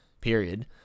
period